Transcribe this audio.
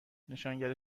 نشانگر